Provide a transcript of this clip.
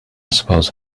suppose